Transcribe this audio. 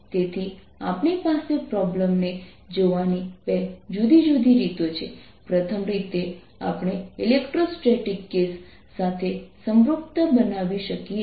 તેથી આ પણ શૂન્ય છે ડિસ્કની બહાર M0 કારણ કે મેગ્નેટાઇઝેશન માત્ર ડિસ્ક પર છે